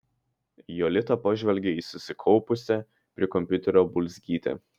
jolita pažvelgė į susikaupusią prie kompiuterio bulzgytę